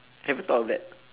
have you though of that